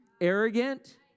arrogant